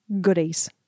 goodies